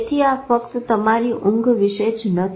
તેથી આ ફક્ત તમારી ઊંઘ વિશે જ નથી